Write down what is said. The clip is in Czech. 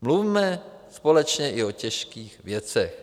Mluvme společně i o těžkých věcech.